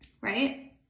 right